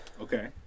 Okay